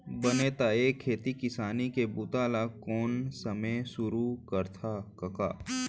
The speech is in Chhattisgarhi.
बने त ए खेती किसानी के बूता ल कोन समे सुरू करथा कका?